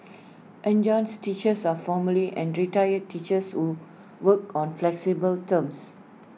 adjunct teachers are formerly and retired teachers who work on flexible terms